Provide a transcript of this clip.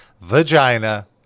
vagina